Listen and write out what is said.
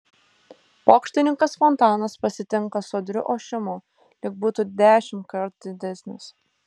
pokštininkas fontanas pasitinka sodriu ošimu lyg būtų dešimtkart didesnis